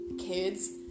Kids